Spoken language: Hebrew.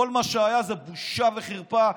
כל מה שהיה זה בושה וחרפה.